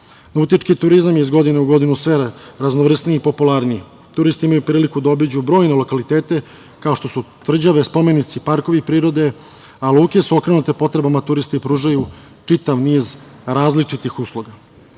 mesta. Nautički turizam je iz godine u godinu sve raznovrsniji i popularniji. Turisti imaju priliku da obiđu brojne lokalitete, kao što su tvrđave, spomenici, parkovi prirode, a luke su okrenute potrebama turista i pružaju čitav niz različitih usluga. Ali,